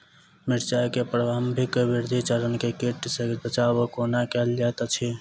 मिर्चाय केँ प्रारंभिक वृद्धि चरण मे कीट सँ बचाब कोना कैल जाइत अछि?